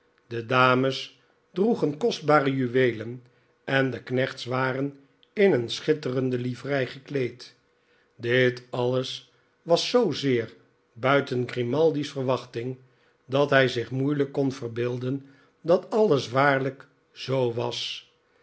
de dames droegen kostbare juweelen en de knechts waren in een schitterende livrei gekleed dit alles was zoozeer buiten grimaldi's verwachting dat hij zich moeielijk kon verbeelden dat alles waarlijk zoo was